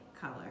color